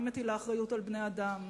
אני מטילה אחריות על בני-אדם.